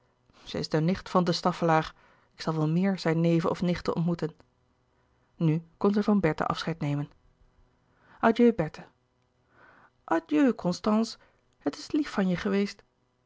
ze is de nicht van de staffelaer ik zal wel meer zijn neven of nichten ontmoeten nu kon zij van bertha afscheid nemen adieu bertha adieu constance het is lief van je geweest